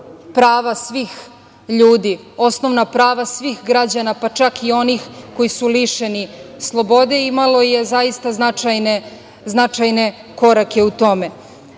prava svih ljudi, osnovna prava svih građana, pa čak i onih koji su lišeni slobode i imalo je zaista značajne korake u tome. Danas